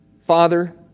Father